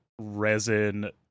resin